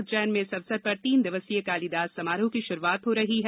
उज्जैन में इस अवसर पर तीन दिवसीय कालीदास समारोह की श्रुआत हो रही है